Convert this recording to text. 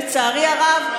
לצערי הרב,